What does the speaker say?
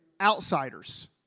outsiders